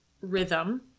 rhythm